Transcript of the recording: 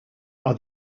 are